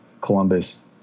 Columbus